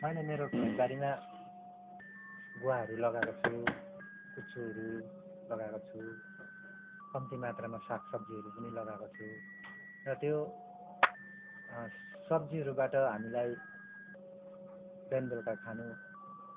मैले मेरो खेत बारीमा गुवाहरू लगाएको छु कुचोहरू लगाएको छु कम्ती मात्रामा साग सब्जीहरू पनि लगाएको छु र त्यो सब्जीहरूबाट हामीलाई बिहान बेलुका खान